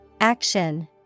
Action